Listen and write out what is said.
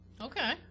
Okay